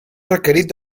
requerit